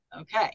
Okay